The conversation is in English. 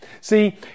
See